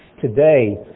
Today